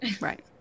Right